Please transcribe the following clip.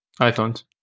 iPhones